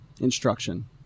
instruction